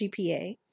GPA